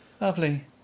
Lovely